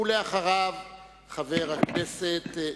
ואחריו חבר הכנסת,